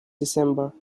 december